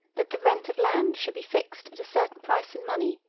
that the rent of land should be fixed at a certain price in money,